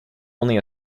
only